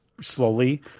slowly